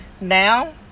now